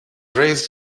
raised